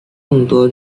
众多